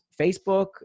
Facebook